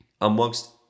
amongst